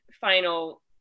final